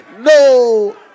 No